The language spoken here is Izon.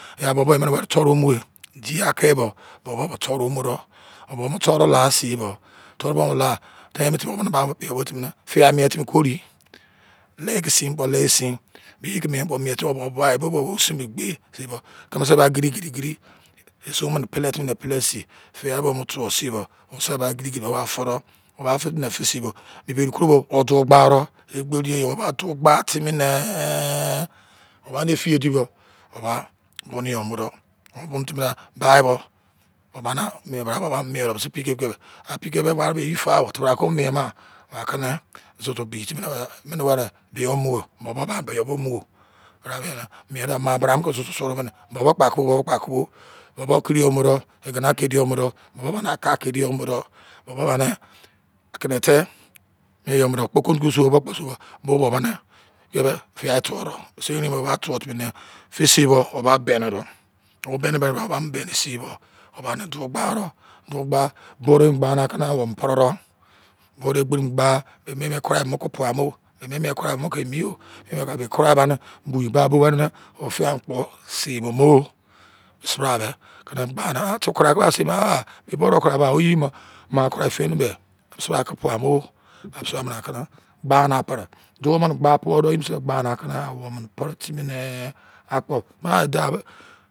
Oya, bobo bo, weri emini toru a mu e. Di akii bo, o bo be toru a mu do. O bo mu la, tein mo timi, womnini ba bio bo timi na fiyai mien timi koru yi. Lei ki sin kpo, lei sin. Be yi mien, mien timi, o bo bo bo a, wo ozumo egbei sin bo, kimi sei ba gidi-gidi gidi esoun mini pele tumi ne pele sun. Fiyai bo wo mo tuo, sin bo, wose be gidi-gidi wo ba fi do. Kho ba fci timi ne̱ fi sin bo, biberi koro bo̱, wo ba du gba do. Egberi yo! Kho ba du gba timi ne, wo bani efiye di bo, wo ba bunu yo mu do. Wo bunu timi da baii, bo, wo bana mien mo bra bo wo ba mu mien do bisi pikie-pikei be. Ba pikei be, wari be eyi fa o. Te bra ko o̱ mo mien ma? Ba ki na zozo bi timi do̱. Emini biyo o mu o. Mo bo̱ ba bie yo̱ mu o. Mi bra mien da, maa bra mi ko zozo suru mini. Bo̱ bo kiri yo mudo. Egena kedi yo mu do̱. Bo̱ bo ba aka kedi yo mu do. Bo̱ bo̱ ba aka kedi yo mu do. Bo bo bani akenete mien yo mudo. Kpoko nduku sou yo mu bo kpo sou bo wo minii bio be fiyai tuo do. Bisi erein, be wo ba, tuo timi ne, fi sin bo, wo ba beni do. Wo beni beni bra wo ba mo beni sin bo, wo ba du gba do. Du gba. Bo do eyi mini gba awou mini pri do. Bo do egberi mini gba. Be, mien-mien kurai, mo ki pua mo. Be mien-mien kurai mo ki emi yo. Be kuria ba bowei pua ni, wo i fiyai mini kpo sei mo mo. Bisi bra be e mo gba do. Ehen! Te kuria, ko ba sei mo ma? A mo bi mo, be bo de kuria be a? A han yo, oyi maa kurai feni be, bisi bra ki pua mo. Bisi bra be aki na gba ni a pri. Du mini gba, buo do eyi mini se gba awou mini pri timi nie, akpo gba de, i dau be